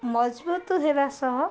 ମଜବୁତ ହେବା ସହ